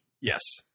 Yes